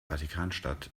vatikanstadt